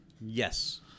Yes